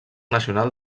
nacional